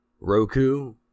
Roku